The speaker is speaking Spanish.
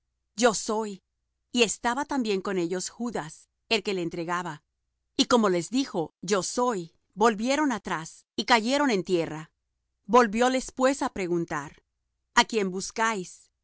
díjoles a quién buscáis respondiéronle a jesús nazareno díceles jesús yo soy y estaba también con ellos judas el que le entregaba y como les dijo yo soy volvieron atrás y cayeron en tierra volvióles pues á preguntar a quién buscáis